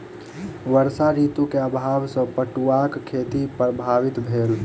वर्षा ऋतू के अभाव सॅ पटुआक खेती प्रभावित भेल